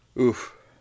oof